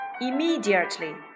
Immediately